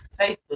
Facebook